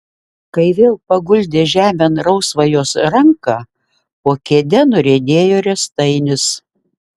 kai vėl paguldė žemėn rausvą jos ranką po kėde nuriedėjo riestainis